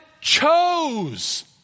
chose